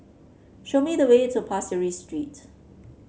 show me the way to Pasir Ris Street